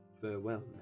Farewell